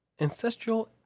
ancestral